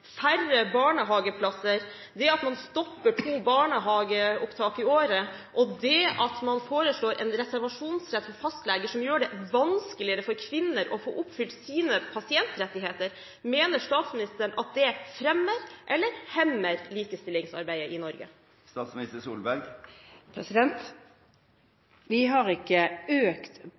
færre barnehageplasser, det at man stopper to barnehageopptak i året, og det at man foreslår en reservasjonsrett for fastleger som gjør det vanskeligere for kvinner å få oppfylt sine pasientrettigheter; mener statsministeren at det fremmer eller hemmer likestillingsarbeidet i Norge? Vi har ikke økt barnehageprisen. Vi har